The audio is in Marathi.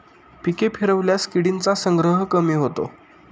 पिके फिरवल्यास किडींचा संग्रह कमी होतो